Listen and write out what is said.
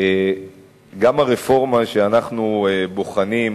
גם הרפורמה שאנחנו בוחנים,